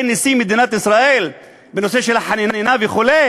נשיא מדינת ישראל בנושא של חנינה וכו',